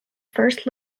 first